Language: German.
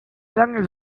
lange